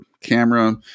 camera